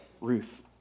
Ruth